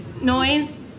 noise